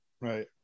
Right